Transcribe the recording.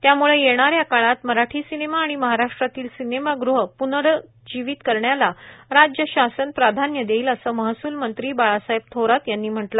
त्याम्ळे येणाऱ्या काळात मराठी सिनेमा आणि महाराष्ट्रातील सिनेमागृहे प्नर्जीवित करण्याला राज्य शासन प्राधान्य देईल असे महस्ल मंत्री बाळासाहेब थोरात म्हणाले